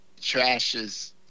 trashes